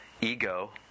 ego